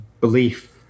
belief